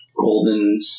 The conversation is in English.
golden